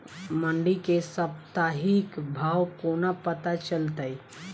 मंडी केँ साप्ताहिक भाव कोना पत्ता चलतै?